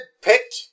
picked